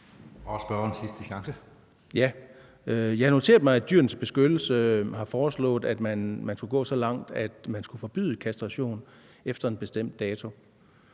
Jeg har noteret mig, at Dyrenes Beskyttelse har foreslået, at man skulle gå så langt, at man skulle forbyde kastration efter en bestemt dato,